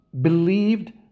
believed